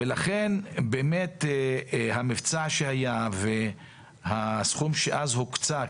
לכן באמת המבצע שהיה והסכום שאז הוקצה,